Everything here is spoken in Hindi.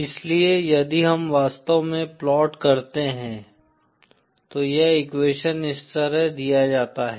इसलिए यदि हम वास्तव में प्लाट करते हैं तो यह एक्वेशन इस तरह दिया जाता है